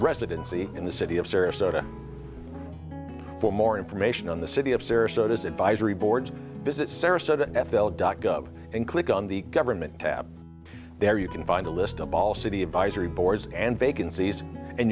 residency in the city of sarasota for more information on the city of syria so this advisory boards visit sarasota f l dot gov and click on the government tab there you can find a list of all city advisory boards and vacancies and